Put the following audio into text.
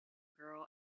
girl